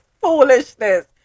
foolishness